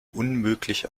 unmöglich